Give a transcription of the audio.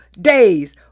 days